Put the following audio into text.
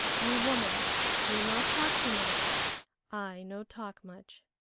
you woman you not talk too much i no talk much.